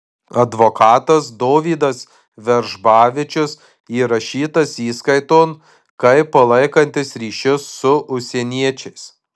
advokatas dovydas veržbavičius įrašytas įskaiton kaip palaikantis ryšius su užsieniečiais